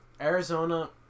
Arizona